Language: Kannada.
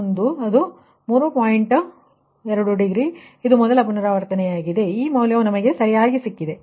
2 ಡಿಗ್ರಿ ಇದು ಮೊದಲ ಪುನರಾವರ್ತನೆಯಾಗಿದೆ ಈ ಮೌಲ್ಯವು ನಮಗೆ ಸರಿಯಾಗಿ ಸಿಕ್ಕಿತು